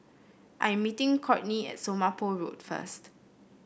I am meeting Cortney at Somapah Road first